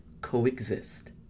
coexist